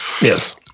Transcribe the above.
Yes